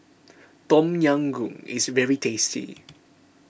Tom Yam Goong is very tasty